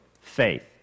faith